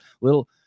little